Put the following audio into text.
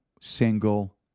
single